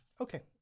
Okay